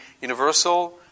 universal